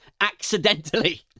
accidentally